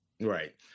right